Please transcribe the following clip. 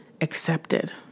accepted